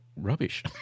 rubbish